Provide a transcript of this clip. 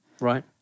right